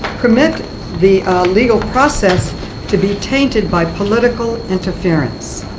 permit the legal process to be tainted by political interference.